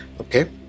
okay